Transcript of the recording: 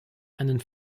einen